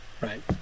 right